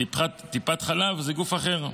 טיפת חלב זה גוף אחר,